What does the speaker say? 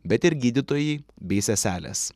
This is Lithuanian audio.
bet ir gydytojai bei seselės